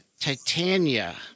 Titania